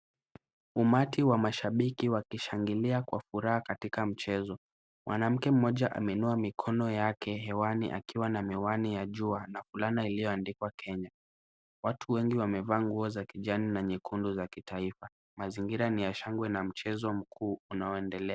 Umati wa mashabiki wakishangilia kwa furaha katika mchezo , mwanamke mmoja ameinua mikono yake hewani akiwa na miwani ya jua na Fulana iliyoandikwa Kenya , watu wengi wamevaa nguo za kijani na nyekundu za kitaifa , mazingira ni ya shangwe na mchezo mkuu unaoendelea .